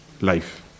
life